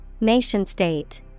Nation-state